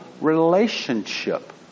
relationship